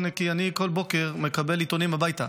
אני כל בוקר מקבל עיתונים הביתה,